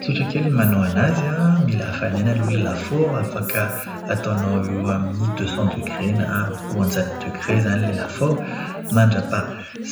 Tsotra kely ny manao anazy an. Mila afanaina aloha ilay lafaoro. Afaka ataonao eo amin'ny "deux cents degrés" na roanjato degre izany ilay lafaoro. Mandrapaha,